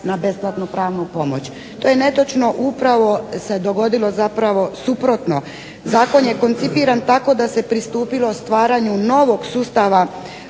na besplatnu pravnu pomoć. To je netočno. Upravo se dogodilo zapravo suprotno, zakon je koncipiran tako da se pristupilo stvaranju novog sustava